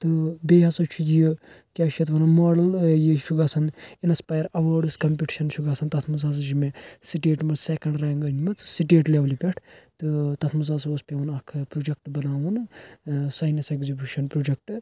تہٕ بیٚیہِ ہَسا چھُ یہِ کیٛاہ چھ اَتھ ونان ماڈل ٲں یہِ چھُ گَژھان انسپایَر اَوٲرٕس کمپِٹشن چھُ گَژھان تتھ مَنٛز ہَسا چھ مےٚ سٹیٹ منز سیٚکنٛڈ رینٛک أنمٕژ سٹیٹ لیٚولہِ پٮ۪ٹھ تہٕ تتھ مَنٛز ہَسا اوس پیٚوان اکھ ٲں پرٛوجیٚکٹہٕ بناوُن ٲں ساینَس ایٚگزِبِشَن پرٛوجیٚکٹہٕ